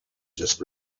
just